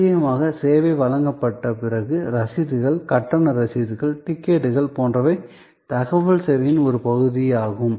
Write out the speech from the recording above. நிச்சயமாக சேவை வழங்கப்பட்ட பிறகு ரசீதுகள் கட்டண ரசீதுகள் டிக்கெட்டுகள் போன்றவை தகவல் சேவையின் ஒரு பகுதியாகும்